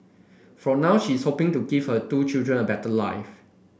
for now she is hoping to give her two children a better life